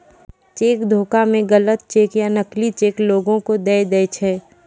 cheque धोखा मे गलत चेक या नकली चेक लोगो के दय दै छै